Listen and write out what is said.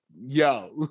yo